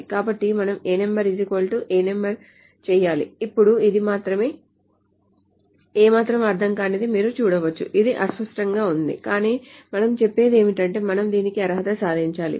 కాబట్టి మనము ano ano చేయాలి ఇప్పుడు ఇది ఏమాత్రం అర్ధం కాదని మీరు చూడవచ్చు ఇది అస్పష్టంగా ఉంది కాబట్టి మనం చెప్పేది ఏమిటంటే మనము దీనికి అర్హత సాధించాలి